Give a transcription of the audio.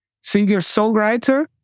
singer-songwriter